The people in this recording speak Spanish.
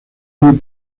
muy